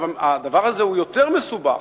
הדבר הזה הוא יותר מסובך,